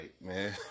man